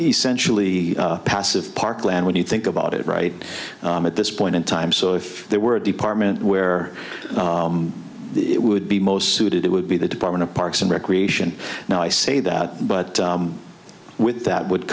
essentially passive parkland when you think about it right at this point in time so if there were a department where it would be most suited it would be the department of parks and recreation now i say that but with that would